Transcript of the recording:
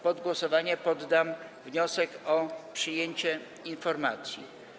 Pod głosowanie poddam wniosek o przyjęcie informacji.